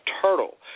turtle